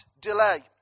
delay